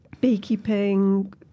beekeeping